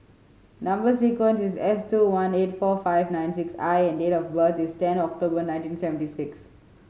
number sequence is S two one eight four five nine six I and date of birth is ten October nineteen seventy six